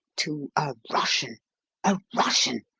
to a russian a russian!